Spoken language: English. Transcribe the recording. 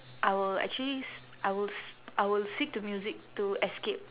I will actually s~ I will s~ I will seek to music to escape